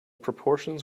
proportions